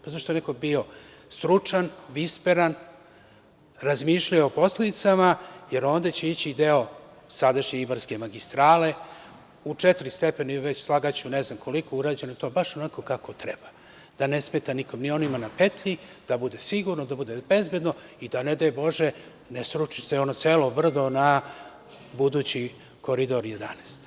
Pa, zato što je neko bio stručan, vispren, razmišljao o posledicama, jer onde će ići deo sadašnje Ibarske magistrale, u četiri stepena, ili već slagaću ne znam, koliko je urađeno i to baš onako kako treba, da ne smeta nikome, ni onima na petlji, da bude sigurno, da bude bezbedno i da ne daj Bože ne sruči se ono celo brdo na budući Koridor 11.